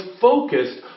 focused